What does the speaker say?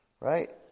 right